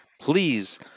Please